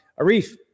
Arif